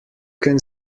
can